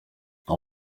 aba